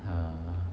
err